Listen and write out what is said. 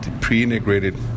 pre-integrated